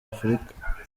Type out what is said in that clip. afurika